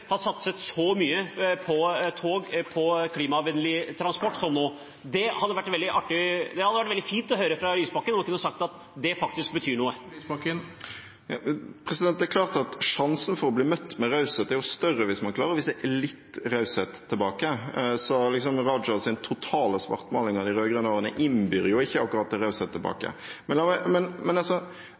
har satset så mye på tog, på klimavennlig transport, som nå. Det hadde vært veldig fint å høre fra Lysbakken at dette faktisk betyr noe. Det er klart at sjansen for å bli møtt med raushet jo er større hvis man klarer å vise litt raushet tilbake. Rajas liksom totale svartmaling av de rød-grønne årene innbyr ikke akkurat til raushet tilbake. Jeg sa positive ting om noe Venstre har fått til, men